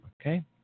Okay